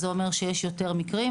שזה אומר שיש מקרים,